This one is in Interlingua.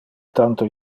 tanto